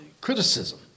criticism